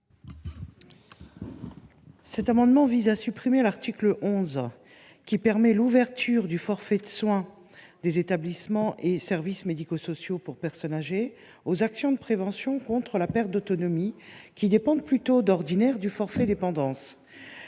Cet amendement vise à supprimer l’article 11, qui permet l’ouverture du forfait soins des établissements et services médico sociaux pour personnes âgées aux actions de prévention contre la perte d’autonomie, lesquelles dépendent plutôt d’ordinaire du forfait dépendance.